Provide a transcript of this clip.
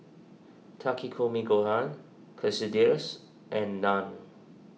Takikomi Gohan Quesadillas and Naan